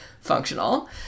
functional